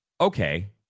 Okay